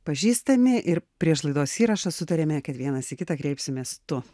pažįstami ir prieš laidos įrašą sutarėme kad vienas į kitą kreipsimės tu